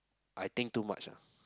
I think too much ah